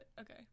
Okay